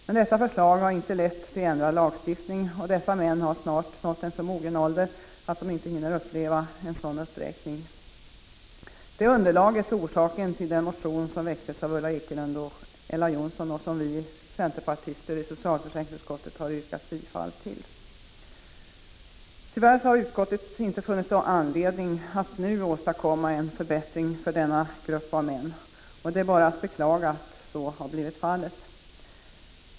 Men detta har inte lett till ändrad lagstiftning, och de män det gäller har snart nått en så mogen ålder att de inte hinner uppleva en sådan uppräkning. Detta är underlaget till den motion som väckts av Ulla Ekelund och Ella Johnsson och som vi centerpartister i socialförsäkringsutskottet yrkat bifall till. Tyvärr har utskottet inte funnit anledning att nu åstadkomma någon förbättring för denna grupp män. Det är bara att beklaga att så blivit fallet.